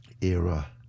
Era